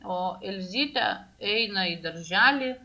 o elzytė eina į darželį